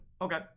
okay